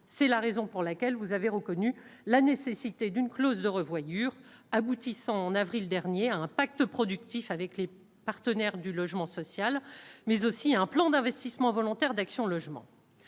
c'est la raison pour laquelle vous avez reconnu la nécessité d'une clause de revoyure aboutissant en avril dernier à un pacte productif avec les partenaires du logement social, mais aussi un plan d'investissement volontaires d'Action Logement